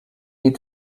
need